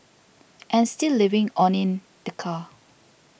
and still living on in the car